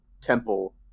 temple